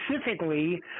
specifically